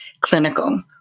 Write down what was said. clinical